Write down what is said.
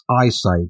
eyesight